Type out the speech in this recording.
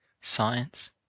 science